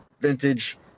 vintage